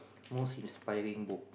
most inspiring book